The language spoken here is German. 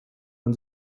man